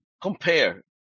compare